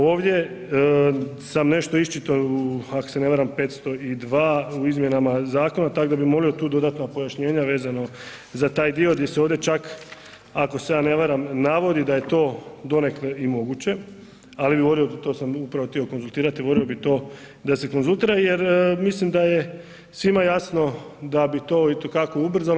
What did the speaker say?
Ovdje sam nešto iščitao, ako se ne varam 502. u izmjena zakona tako da bih molio tu dodatna pojašnjenja vezano za taj dio gdje se ovdje čak ako se ja ne varam navodi da je to donekle i moguće ali bih volio, to sam upravo htio konzultirati, volio bih to da se konzultira jer mislim da je svima jasno da bi to itekako ubrzalo.